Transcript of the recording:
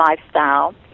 lifestyle